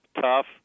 tough